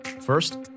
First